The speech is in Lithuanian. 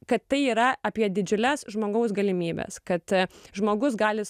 kad tai yra apie didžiules žmogaus galimybes kad žmogus gali savo